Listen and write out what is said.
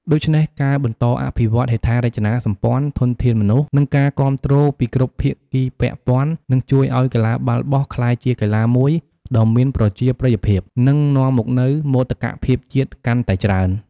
ដូច្នេះការបន្តអភិវឌ្ឍហេដ្ឋារចនាសម្ព័ន្ធ ធនធានមនុស្ស និងការគាំទ្រពីគ្រប់ភាគីពាក់ព័ន្ធ នឹងជួយឱ្យកីឡាបាល់បោះក្លាយជាកីឡាមួយដ៏មានប្រជាប្រិយភាព និងនាំមកនូវមោទកភាពជាតិកាន់តែច្រើន។